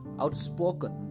outspoken